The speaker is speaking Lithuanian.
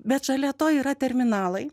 bet šalia to yra terminalai